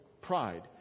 pride